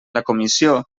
comissió